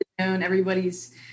everybody's